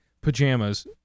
pajamas